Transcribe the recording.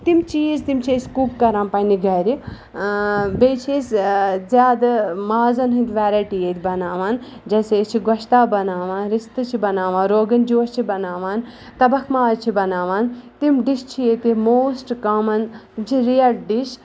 تِم چیز تِم چھِ أسۍ کُک کران پننہِ گرِ بیٚیہِ چھِ أسۍ زیادٕ مازن ہنٛدۍ ویٚرایٹی ییٚتہِ بناوان جیسے أسۍ چھِ گوشتاب بناوان رستہٕ چھِ بناوان روگن جوش چھِ بناوان تبخ ماز چھِ بناوان تِم ڈش چھِ ییٚتہِ موسٹ کامن یِم چھِ ریل ڈِش